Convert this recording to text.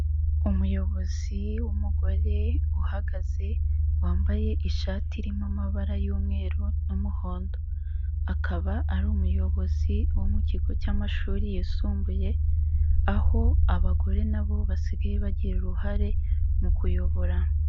Umuyobozi w'umugore uhagaze, wambaye ishati irimo amabara y'umweru n'umuhondo, akaba ari umuyobozi wo mu kigo cy'amashuri yisumbuye, aho abagore na bo basigaye bagira uruhare mu kuyobora.